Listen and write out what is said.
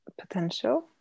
potential